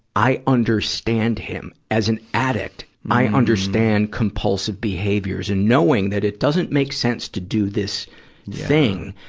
i understand him, as an addict. i understand compulsive behaviors and knowing that it doesn't make sense to do this thing,